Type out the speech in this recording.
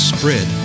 Spread